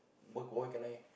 but got what K-nine